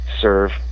serve